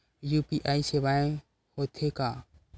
UPI सेवाएं हो थे का?